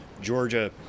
georgia